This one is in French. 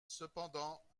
cependant